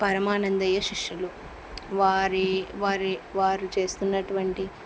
పరమానందయ్య శిష్యులు వారి వారి వారు చేస్తున్నటువంటి